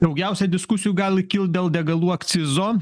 daugiausia diskusijų gali kilt dėl degalų akcizo